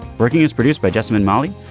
breaking is produced by jasmine molly.